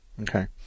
Okay